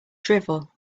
drivel